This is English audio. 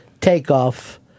takeoff